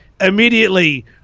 immediately